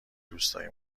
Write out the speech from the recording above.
روستایی